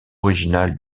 original